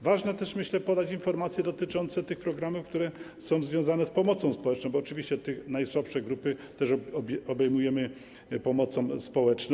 Ważne też, myślę, by podać informacje dotyczące tych programów, które są związane z pomocą społeczną, bo oczywiście najsłabsze grupy też obejmujemy pomocą społeczną.